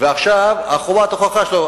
ועכשיו חובת ההוכחה שלו.